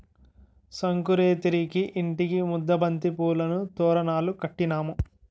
సంకురేతిరికి ఇంటికి ముద్దబంతి పువ్వులను తోరణాలు కట్టినాము